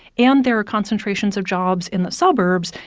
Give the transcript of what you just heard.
and there are concentrations of jobs in the suburbs.